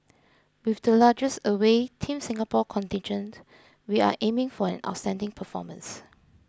with the largest away Team Singapore contingent we are aiming for an outstanding performance